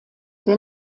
der